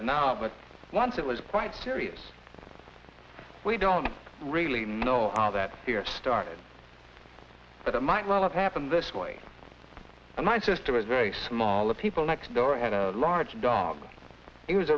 on now but once it was quite serious we don't really know how that fear started but it might well have happened this way and my sister is very small the people next door had a large dog it was